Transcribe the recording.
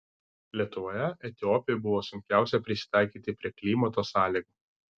lietuvoje etiopei buvo sunkiausia prisitaikyti prie klimato sąlygų